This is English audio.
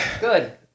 Good